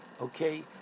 Okay